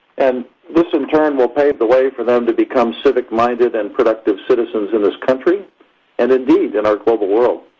and this, in turn, will pave the way for them to become civic-minded and productive citizens in this country and, indeed, in our global world.